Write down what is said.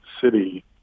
city